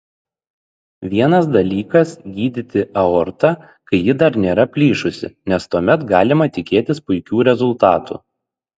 vienas dalykas gydyti aortą kai ji dar nėra plyšusi nes tuomet galima tikėtis puikių rezultatų